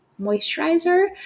moisturizer